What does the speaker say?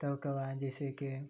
तऽ ओकर बाद जैसे कि